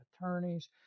attorneys